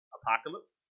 apocalypse